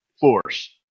force